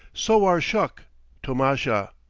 sowar shuk tomasha.